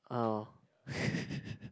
oh